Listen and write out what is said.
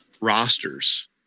rosters